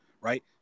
Right